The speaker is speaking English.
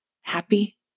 Happy